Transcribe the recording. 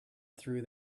through